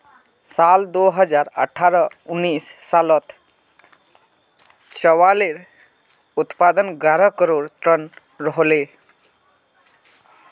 साल दो हज़ार अठारह उन्नीस सालोत चावालेर उत्पादन ग्यारह करोड़ तन रोहोल